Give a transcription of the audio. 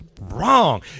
wrong